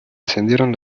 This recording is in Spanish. encendieron